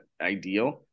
ideal